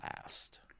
last